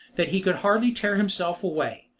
that he could hardly tear himself away,